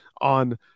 on